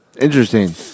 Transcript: Interesting